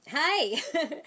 Hi